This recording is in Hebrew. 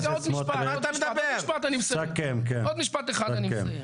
עוד משפט אחד אני מסיים.